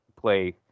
play